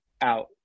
out